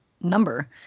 number